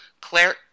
Claire